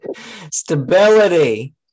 Stability